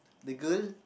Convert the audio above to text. the girl